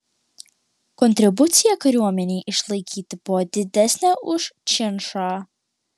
kontribucija kariuomenei išlaikyti buvo didesnė už činšą